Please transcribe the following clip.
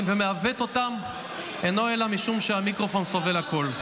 ומעוות אותם אינה אלא משום שהמיקרופון סובל הכול,